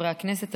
חברי הכנסת,